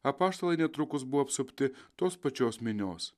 apaštalai netrukus buvo apsupti tos pačios minios